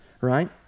right